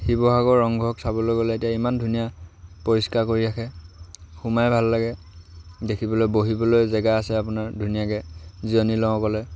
শিৱসাগৰ ৰংঘৰক চাবলৈ গ'লে এতিয়া ইমান ধুনীয়া পৰিষ্কাৰ কৰি ৰাখে সোমাই ভাল লাগে দেখিবলৈ বহিবলৈ জেগা আছে আপোনাৰ ধুনীয়াকৈ জিৰণি লওঁ ক'লে